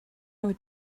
would